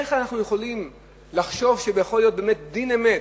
איך אנחנו יכולים לחשוב שיכול להיות באמת דין אמת,